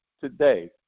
today